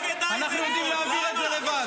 אנחנו יודעים להעביר את זה לבד.